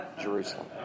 Jerusalem